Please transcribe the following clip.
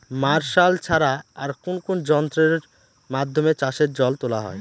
Martial ছাড়া আর কোন কোন যন্ত্রেরর মাধ্যমে চাষের জল তোলা হয়?